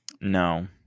No